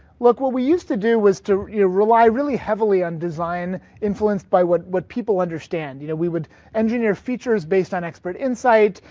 look what we used to do was to yeah rely really heavily on design influenced by what what people understand. you know we would engineer features based on expert insight.